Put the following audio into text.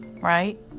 right